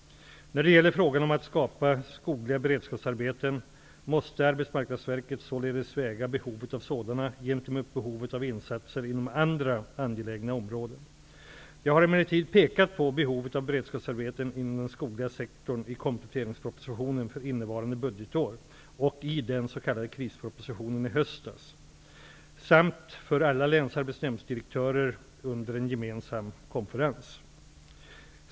När det gäller frågan om att skapa skogliga beredskapsarbeten måste Arbetsmarknadsverket således väga behovet av sådana gentemot behovet av insatser inom andra angelägna områden. Jag har emellertid pekat på behovet av beredskapsarbeten inom den skogliga sektorn i kompletteringspropositionen för innevarande budgetår och i den s.k. krispropositionen i höstas samt för alla länsarbetsdirektörer under en gemensam konferens.